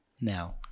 Now